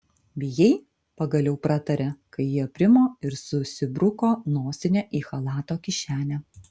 bijai pagaliau pratarė kai ji aprimo ir susibruko nosinę į chalato kišenę